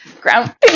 ground